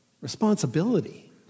Responsibility